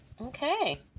Okay